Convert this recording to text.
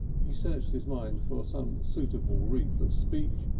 he searched his mind for some suitable wreath of speech,